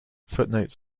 footnotes